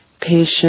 patient